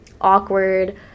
awkward